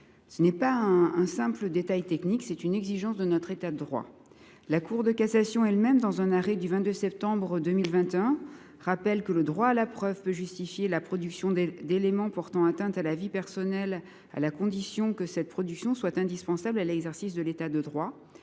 Ce n’est pas un simple détail technique ; c’est une exigence de notre État de droit. La Cour de cassation elle même, dans un arrêt du 22 septembre 2021, rappelle que le droit à la preuve peut justifier la production d’éléments portant atteinte à la vie personnelle, à la condition que cette production soit indispensable à l’exercice de ce droit